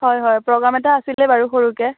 হয় হয় প্ৰগ্ৰেম এটা আছিলে বাৰু সৰুকৈ